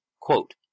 quote